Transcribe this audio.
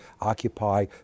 occupy